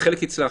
חלק הצלחתי.